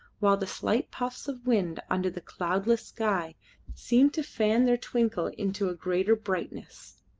while the slight puffs of wind under the cloudless sky seemed to fan their twinkle into a greater brightness.